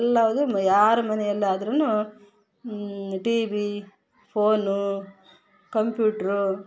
ಎಲ್ಲದು ಯಾರು ಮನೆಯಲ್ಲಾದ್ರೂ ಟಿ ವಿ ಫೋನು ಕಂಪ್ಯೂಟ್ರು